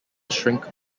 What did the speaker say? shrink